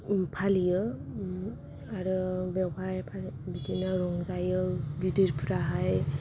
फालियो आरो बेवहाय बिदिनो रंजायो गिदिरफ्राहाय